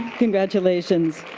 congratulations.